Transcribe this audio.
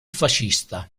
fascista